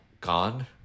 gone